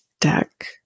deck